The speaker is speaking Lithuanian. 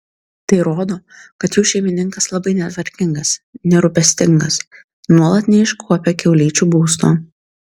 tai rodo kad jų šeimininkas labai netvarkingas nerūpestingas nuolat neiškuopia kiaulyčių būsto